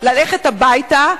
ללכת הביתה,